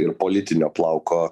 ir politinio plauko